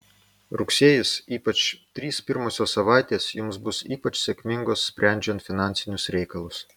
rugsėjis ypač trys pirmosios savaitės jums bus ypač sėkmingos sprendžiant finansinius reikalus